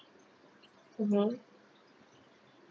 mmhmm